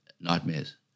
nightmares